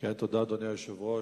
תודה, אדוני היושב-ראש.